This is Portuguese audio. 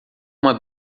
uma